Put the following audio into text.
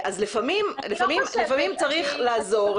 לפעמים צריך לעזור.